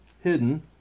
hidden